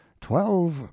Twelve